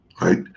Right